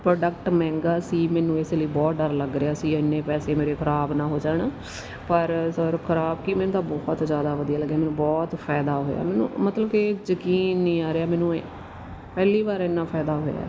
product ਮਹਿੰਗਾ ਸੀ ਮੈਨੂੰ ਇਸ ਲਈ ਬਹੁਤ ਡਰ ਲੱਗ ਰਿਹਾ ਸੀ ਇੰਨੇ ਪੈਸੇ ਮੇਰੇ ਖਰਾਬ ਨਾ ਹੋ ਜਾਣ ਪਰ ਸਰ ਖਰਾਬ ਕੀ ਮੈਨੂੰ ਤਾਂ ਬਹੁਤ ਜ਼ਿਆਦਾ ਵਧੀਆ ਲੱਗਿਆ ਮੈਨੂੰ ਬਹੁਤ ਫਾਇਦਾ ਹੋਇਆ ਮੈਨੂੰ ਮਤਲਬ ਕਿ ਯਕੀਨ ਨਹੀਂ ਆ ਰਿਹਾ ਮੈਨੂੰ ਪਹਿਲੀ ਵਾਰ ਇੰਨਾ ਫਾਇਦਾ ਹੋਇਆ